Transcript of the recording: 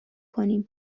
کنیم